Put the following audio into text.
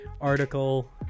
article